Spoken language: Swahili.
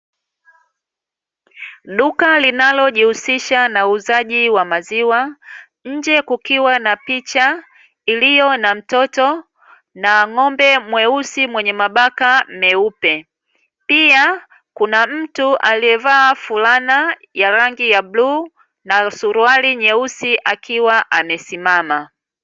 Duka linalojihusisha na uuzaji wa maziwa , nje kukikiwa na picha iliyo na mtoto na ngombe mweusi mwenye mabaka meupe . Pia Kuna mtu alievaa flana ya rangi ya bluu na suruali nyeusi akiwa amesimama.